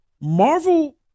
Marvel